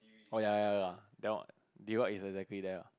oh ya ya lah that one divide is exactly there ah